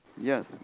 Yes